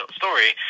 story